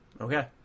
Okay